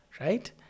Right